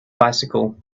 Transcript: bicycle